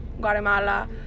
Guatemala